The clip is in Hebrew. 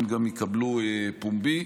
הם גם יקבלו פומבי.